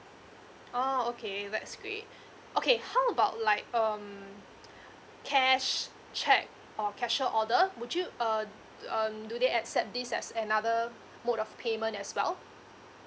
oh okay that's great okay how about like um cash cheque or cashier order would you uh um do they accept this as another mode of payment as well